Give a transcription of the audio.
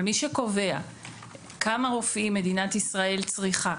מי שקובע כמה רופאים מדינת ישראל צריכה,